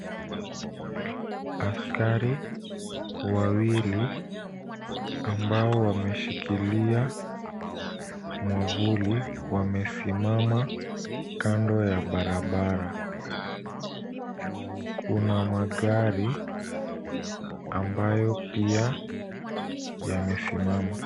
Askari wawili ambao wameshikilia mwavuli wamesimama kando ya barabara. Kuna magari ambayo pia yamesimama.